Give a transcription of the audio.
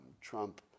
Trump